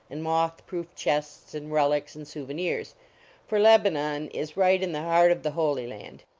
and moth-proof chests, and relics, and souvenirs for leb anon is right in the heart of the holy land.